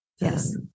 Yes